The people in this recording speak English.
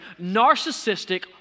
narcissistic